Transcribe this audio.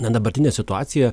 na dabartinė situacija